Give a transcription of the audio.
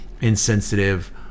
insensitive